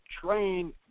train